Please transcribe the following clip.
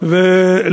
(תיקון מס' 73)